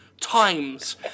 times